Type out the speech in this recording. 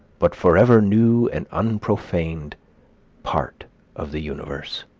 but forever new and unprofaned, part of the universe.